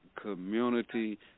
community